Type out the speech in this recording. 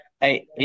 Hey